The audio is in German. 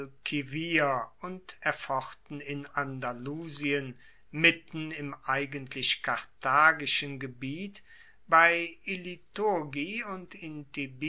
und erfochten in andalusien mitten im eigentlich karthagischen gebiet bei illiturgi und intibili